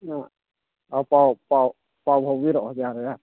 ꯄꯥꯎ ꯄꯥꯎ ꯄꯥꯎ ꯐꯥꯎꯕꯤꯔꯛꯑꯣ ꯌꯥꯔꯒ